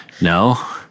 No